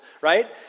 right